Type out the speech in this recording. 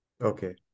Okay